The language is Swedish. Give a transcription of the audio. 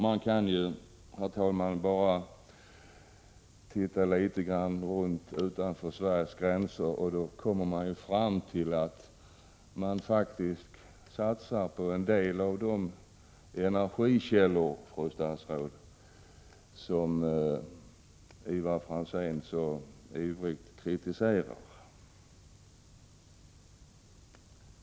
Man kan ju, herr talman, bara titta litet grand utanför Sveriges gränser. Då kommer man fram till att det faktiskt satsas på en del av de energikällor, fru statsråd, som Ivar Franzén så ivrigt kritiserar.